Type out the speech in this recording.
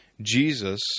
Jesus